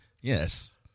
Yes